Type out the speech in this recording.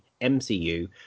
MCU